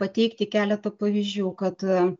pateikti keletą pavyzdžių kad